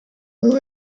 who